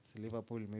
Liverpool